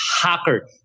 hacker